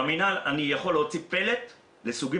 במינהל אני יכול להוציא פלט לסוגים